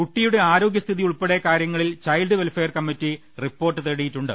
കുട്ടിയുടെ ആരോഗ്യ സ്ഥിതി ഉൾപ്പെടെ കാര്യങ്ങളിൽ child welfare committee report തേടിയിട്ടുണ്ട്